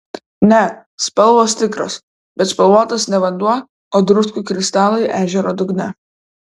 ne spalvos tikros bet spalvotas ne vanduo o druskų kristalai ežero dugne